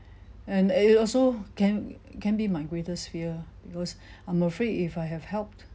and it also can can be my greatest fear because I'm afraid if I have helped